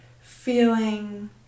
feeling